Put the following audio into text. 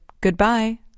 Goodbye